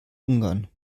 ungarn